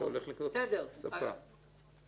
אתה הולך לקנות ספה או מזגן.